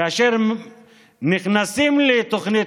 כאשר נכנסים לתוכנית